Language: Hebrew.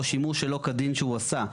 או שימוש שלא כדין שהוא עשה.